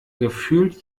gefühlt